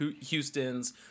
Houston's